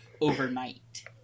overnight